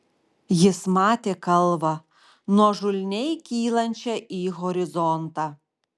jis matė kalvą nuožulniai kylančią į horizontą